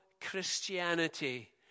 Christianity